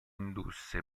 indusse